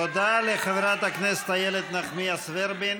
תודה לחברת הכנסת איילת נחמיאס ורבין.